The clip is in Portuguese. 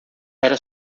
era